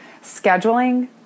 scheduling